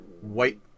white